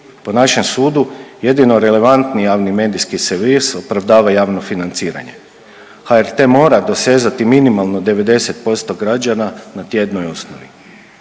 Po našem sudu jedino relevantni javni medijski servis opravdava javno financiranje. HRT mora dosezati minimalno 90% građana na tjednoj osnovi.